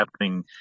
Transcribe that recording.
happening